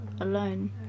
alone